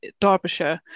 Derbyshire